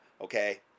okay